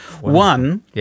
One